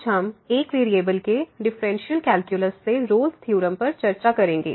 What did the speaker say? आज हम एक वेरिएबल के डिफरेंशियल कैल्कुलस से रोल्स थ्योरम Rolle's Theorem पर चर्चा करेंगे